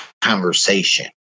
conversation